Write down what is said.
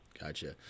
Gotcha